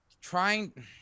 Trying